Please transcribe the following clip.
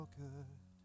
good